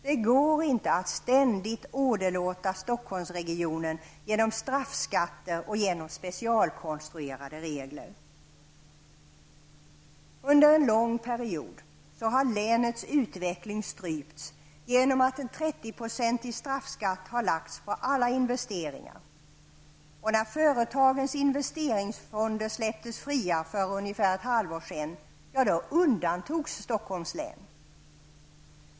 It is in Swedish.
Det går inte att ständigt åderlåta Stockholmsregionen genom straffskatter och genom specialkonstruerade regler. Under en lång period har länets utveckling strypts genom att en 30-procentig straffskatt lagts på alla investeringar, och när företagens investeringsfonder släpptes fria för ungefär ett halvår sedan undantogs Stockholms län.